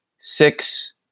six